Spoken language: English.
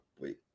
Wait